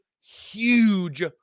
huge